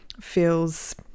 feels